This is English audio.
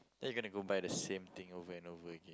then you gonna go buy the same thing over and over again